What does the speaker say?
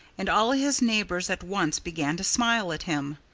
and all his neighbors at once began to smile at him.